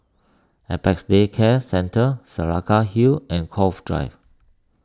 Apex Day Care Centre Saraca Hill and Cove Drive